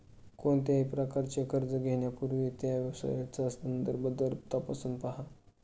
कोणत्याही प्रकारचे कर्ज घेण्यापूर्वी त्यावेळचा संदर्भ दर तपासून पहा